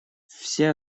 все